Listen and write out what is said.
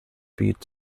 beat